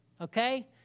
okay